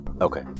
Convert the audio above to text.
Okay